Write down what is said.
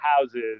houses